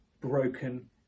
broken